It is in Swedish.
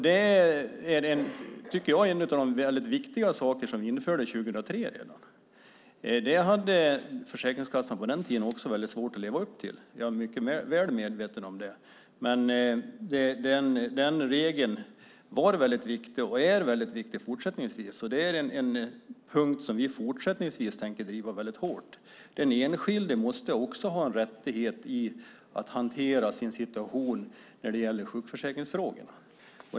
Det var en av de väldigt viktiga saker som vi införde redan 2003. Försäkringskassan hade också på den tiden svårt att leva upp till det - jag är mycket väl medveten om det. Men den regeln var väldigt viktig och är det också fortsättningsvis. Det är en punkt som vi tänker fortsätta att driva väldigt hårt. Den enskilde måste ha en rättighet att hantera sin situation när det gäller sjukförsäkringsfrågorna.